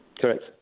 Correct